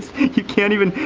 you can't even,